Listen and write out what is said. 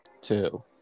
two